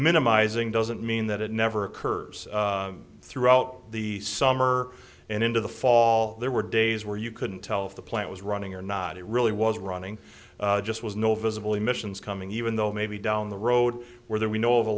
minimizing doesn't mean that it never occurred throughout the summer and into the fall there were days where you couldn't tell if the plant was running or not it really was running just was no visible emissions coming even though maybe down the road where we know of